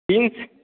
जी